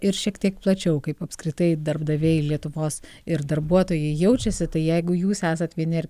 ir šiek tiek plačiau kaip apskritai darbdaviai lietuvos ir darbuotojai jaučiasi tai jeigu jūs esate vieni ar